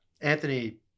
Anthony